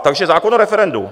Takže zákon o referendu.